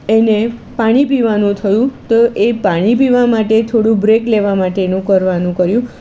એને પાણી પીવાનું થયું તો એ પાણી પીવા માટે થોડું બ્રેક લેવા માટેનું કરવાનું કર્યું